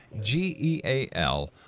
G-E-A-L